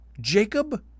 Jacob